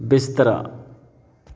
ਬਿਸਤਰਾ